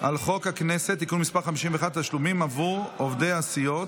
על חוק הכנסת (תיקון מס' 51) (תשלומים עבור עובדי הסיעות),